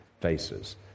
faces